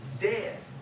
dead